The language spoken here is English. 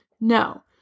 No